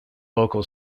local